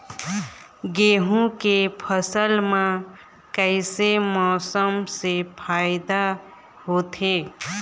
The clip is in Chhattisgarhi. गेहूं के फसल म कइसे मौसम से फायदा होथे?